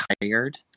tired